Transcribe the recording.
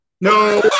No